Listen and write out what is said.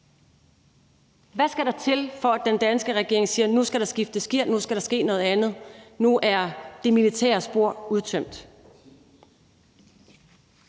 nok? Hvad skal der til, for at den danske regering siger, at nu skal der skiftes gear, at nu skal der ske noget andet, og at nu er det militære spor udtømt?